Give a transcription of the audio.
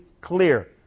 clear